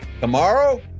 tomorrow